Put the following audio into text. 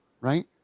right